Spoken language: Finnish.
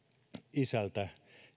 isältä